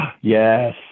Yes